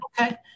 okay